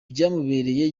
byamubereye